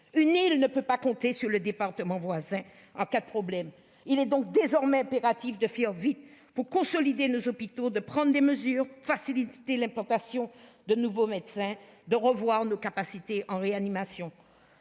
Une île ne peut pas compter sur les départements voisins en cas de problème. Il est donc désormais impératif de faire vite pour consolider nos hôpitaux, prendre des mesures afin de faciliter l'implantation de nouveaux médecins et revoir nos capacités d'accueil en réanimation.